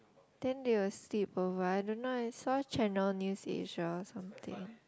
then they will sleepover I don't know I saw Channel-News-Asia or something